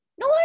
No